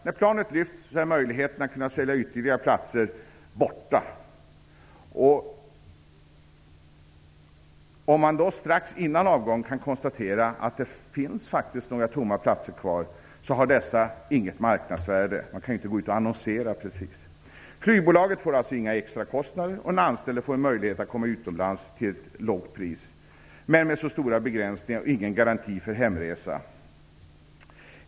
När planet lyft är möjligheten att kunna sälja ytterligare platser borta. Om man strax innan avgång kan konstatera att det faktiskt finns några tomma platser kvar har dessa inget marknadsvärde. Man kan inte gärna annonsera ut dem. Flygbolaget får alltså inga extra kostnader och den anställde får en möjlighet att komma utomlands till ett lågt pris, men med stora begränsningar och utan garanti för hemresa.